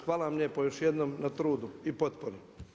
Hvala vam lijepo još jednom na trudu i potpori.